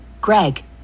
Greg